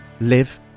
live